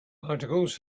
articles